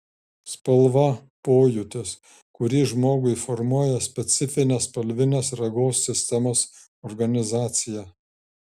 spalva pojūtis kurį žmogui formuoja specifinė spalvinės regos sistemos organizacija